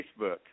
Facebook